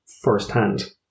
firsthand